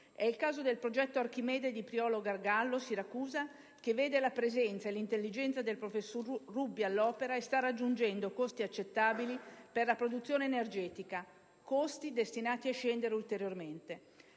È il caso del progetto Archimede di Priolo Gargallo (Siracusa), che vede all'opera la presenza e l'intelligenza del professor Rubbia e sta raggiungendo costi accettabili per la produzione energetica, destinati a scendere ulteriormente.